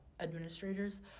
administrators